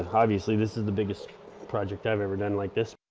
obviously, this is the biggest project i've ever done like this.